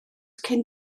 cyn